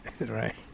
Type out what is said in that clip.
Right